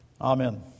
Amen